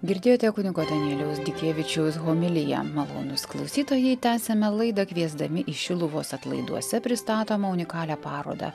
girdėjote kunigo danieliaus dikevičiaus homiliją malonūs klausytojai tęsiame laidą kviesdami į šiluvos atlaiduose pristatomą unikalią parodą